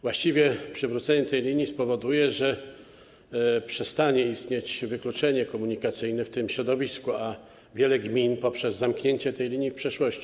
Właściwie przywrócenie tej linii spowoduje, że przestanie istnieć wykluczenie komunikacyjne w tym środowisku, a wiele gmin przez zamknięcie tej linii w przeszłości.